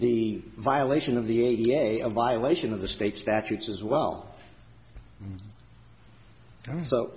the violation of the a b a a violation of the state statutes as well so